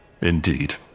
indeed